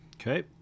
Okay